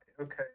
okay